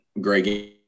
Greg